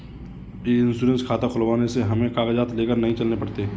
ई insurance खाता खुलवाने से हमें कागजात लेकर नहीं चलने पड़ते